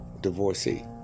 Divorcee